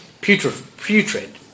putrid